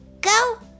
go